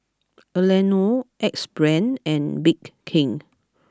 Anello Axe Brand and Bake King